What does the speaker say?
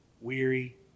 weary